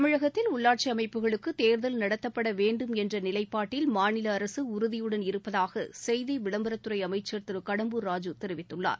தமிழகத்தில் உள்ளாட்சிஅமைப்புகளுக்குதேர்தல் நடத்தப்படவேண்டும் என்றநிலைப்பாட்டில் மாநிலஅரசுஉறுதியுடன் இருப்பதாகசெய்திவிளம்பரத்துறைஅமைச்சர் திருகடம்பூர் ராஜூ தெரிவித்துள்ளார்